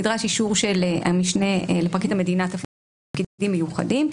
נדרש אישור של המשנה לפרקליט המדינה לתפקידים מיוחדים,